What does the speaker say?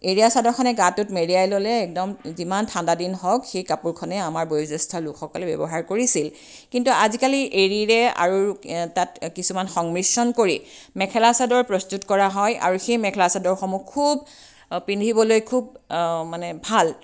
এৰীয়াচাদৰখনে গাটোত মেৰিয়াই ল'লে একদম যিমান ঠাণ্ডা দিন হওক সেই কাপোৰখনে আমাৰ বয়োজ্যেষ্ঠ লোকসকলে ব্যৱহাৰ কৰিছিল কিন্তু আজিকালি এৰীৰে আৰু তাত কিছুমান সংমিশ্ৰণ কৰি মেখেলা চাদৰ প্ৰস্তুত কৰা হয় আৰু সেই মেখেলা চাদৰসমূহ খুব পিন্ধিবলৈ খুব মানে ভাল